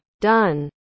Done